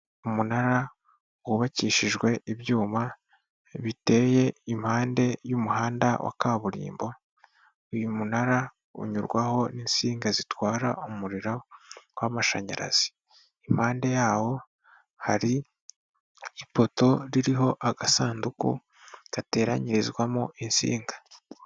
Umunara wubakishijwe ibyuma biteye impande y'umuhanda wa kaburimbo, uyu munara unyurwaho n'insinga zitwara umuriro w'amashanyarazi, impande yawo hari ipoto ririho agasanduku gateranyirizwamo insinga.